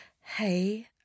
hey